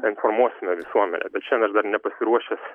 informuosime visuomenę bet šiandien dar nepasiruošęs